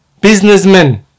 businessmen